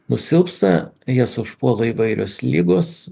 nusilpsta jas užpuola įvairios ligos